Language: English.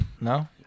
No